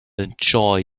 enjoy